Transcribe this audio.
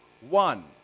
one